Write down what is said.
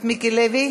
מוותר.